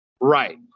Right